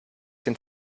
den